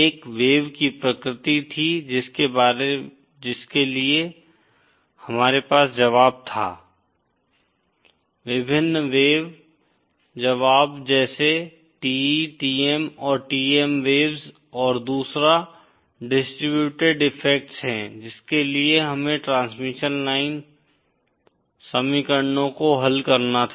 एक वेव की प्रकृति थी जिसके लिए हमारे पास जवाब था विभिन्न वेव जवाब जैसे TE TM और TEM वेव्स और दूसरा डिस्ट्रिब्यूटेड इफेक्ट्स है जिसके लिए हमें ट्रांसमिशन लाइन समीकरणों को हल करना था